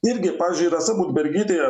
irgi pavyzdžiui rasa budbergytė